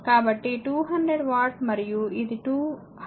కాబట్టి 200 వాట్ మరియు ఇది 2 హవర్స్ కోసం